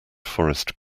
forest